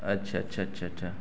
اچھا اچھا اچھا اچھا